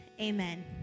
amen